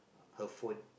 her phone